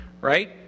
right